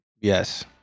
Yes